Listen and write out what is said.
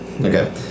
okay